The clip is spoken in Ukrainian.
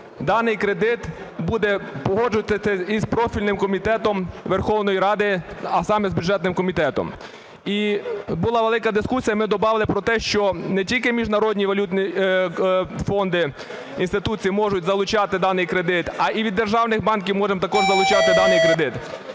даний кредит буде погоджуватися із профільним комітетом Верховної Ради, а саме з бюджетним комітетом. І була велика дискусія. Ми добавили про те, що не тільки міжнародні валютні фонди і інституції можуть залучати даний кредит, а і від державних банків можемо також залучати даний кредит.